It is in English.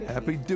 Happy